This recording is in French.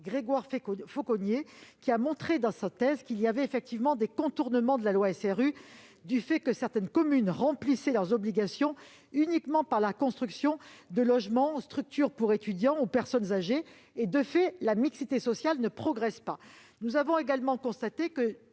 Grégoire Fauconnier. Celui-ci a montré, dans sa thèse, qu'il y avait effectivement des contournements de la loi SRU, car certaines communes remplissent leurs obligations uniquement par la construction de logements ou de structures pour étudiants ou personnes âgées. De fait, la mixité sociale ne progresse pas. Nous avons également constaté que